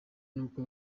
n’uko